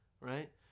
right